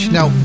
Now